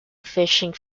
fishing